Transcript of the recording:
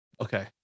Okay